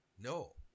No